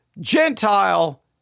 Gentile